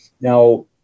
Now